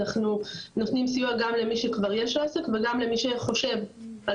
אנחנו נותנים סיוע גם למי שכבר יש לו עסק וגם למי שחושב על